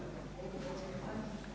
Hvala